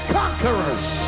conquerors